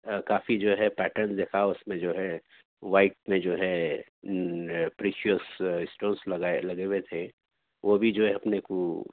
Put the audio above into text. کافی جو ہے پیٹرن دکھاؤ اُس میں جو ہے وائٹ میں جو ہے پریچویس اسٹونس لگائے لگے ہوئے تھے وہ بھی جو ہے اپنے کو